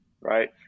right